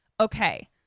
okay